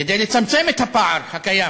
כדי לצמצם את הפער הקיים.